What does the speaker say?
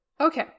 Okay